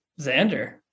Xander